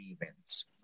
events